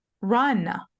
run